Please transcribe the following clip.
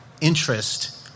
interest